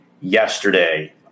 yesterday